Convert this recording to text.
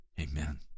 Amen